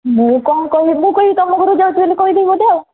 ମୁଁ କ'ଣ କହିବି ମୁଁ କହିବି ତୁମ ଘରକୁ ଯାଉଛି ବୋଲି କହି ଦେବି ବୋଧେ ଆଉ